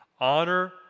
Honor